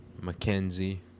Mackenzie